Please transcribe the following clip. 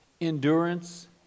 Endurance